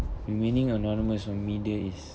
remaining anonymous on media is